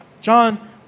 John